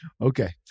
Okay